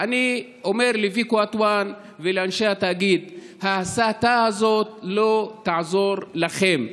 אני אומר לוויקו אטואן ולאנשי התאגיד: ההסתה הזאת לא תעזור לכם.